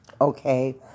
Okay